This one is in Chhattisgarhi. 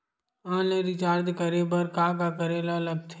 ऑनलाइन रिचार्ज करे बर का का करे ल लगथे?